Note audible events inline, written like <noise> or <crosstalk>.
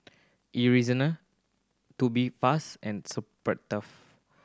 <unintelligible> Tubifast and <unintelligible>